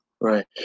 right